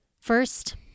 First